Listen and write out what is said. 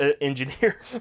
engineer